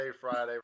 Friday